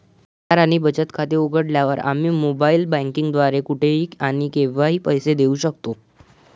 पगार आणि बचत खाते उघडल्यावर, आम्ही मोबाइल बँकिंग द्वारे कुठेही आणि केव्हाही पैसे देऊ शकतो